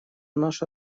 наша